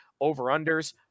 over-unders